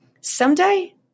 someday